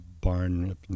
barn